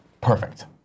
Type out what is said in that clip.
Perfect